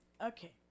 Okay